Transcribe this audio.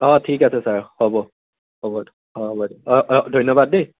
অঁ ঠিক আছে ছাৰ হ'ব হ'ব অঁ হ'ব দিয় অঁ অঁ ধন্যবাদ দেই